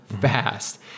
fast